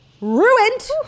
Ruined